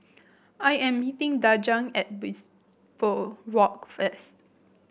I am meeting Daja at Bishopswalk first